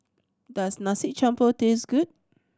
does Nasi Campur taste good